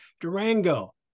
Durango